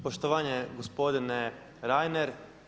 Poštovani gospodine Reiner.